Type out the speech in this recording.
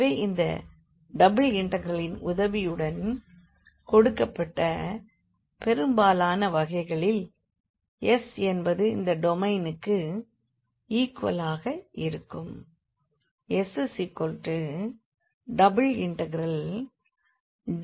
எனவே இந்த டபிள் இண்டெக்ரலின் உதவியுடன் கொடுக்கப்பட்ட பெரும்பாலான வகைகளில் S என்பது இந்த டொமைனுக்கு ஈக்குவலாக இருக்கும்